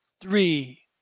three